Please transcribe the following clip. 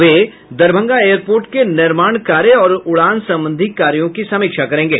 वे Darbhanga airport के निर्माण कार्य और उड़ान संबंधी कार्यों की समीक्षा करेंगे